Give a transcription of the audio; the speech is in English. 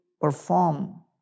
perform